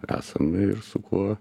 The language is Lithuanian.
esame ir su kuo